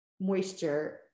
moisture